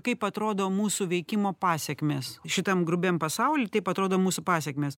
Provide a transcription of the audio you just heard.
kaip atrodo mūsų veikimo pasekmės šitam grubiam pasauly taip atrodo mūsų pasekmės